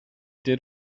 did